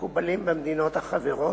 המקובלים במדינות החברות,